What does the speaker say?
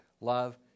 love